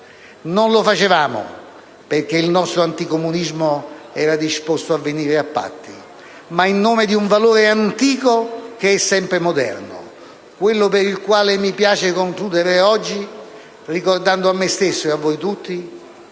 Non lo facevamo perché il nostro anticomunismo era disposto a venire a patti, ma in nome di un valore antico che è sempre moderno, quello con il quale mi piace concludere oggi, ricordando a me stesso e a voi tutti